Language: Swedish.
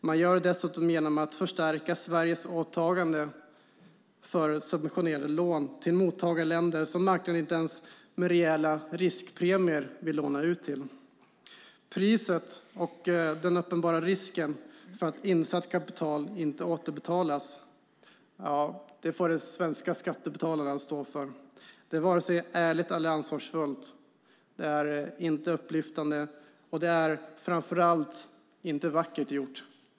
Man gör det dessutom genom att förstärka Sveriges åtagande för subventionerade lån till mottagarländer som marknaden inte ens med rejäla riskpremier vill låna ut till. Priset och den uppenbara risken för att insatt kapital inte återbetalas får den svenska skattebetalaren stå för. Det är varken ärligt eller ansvarsfullt, det är inte upplyftande och det är framför allt inte vackert gjort.